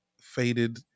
faded